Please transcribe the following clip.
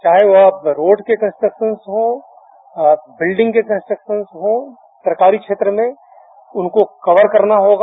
चाहे वह रोड के कंस्ट्रक्शन हो बिल्डिंग कंस्ट्रक्शन हो सरकारी क्षेत्र में जनको कवर करना होगा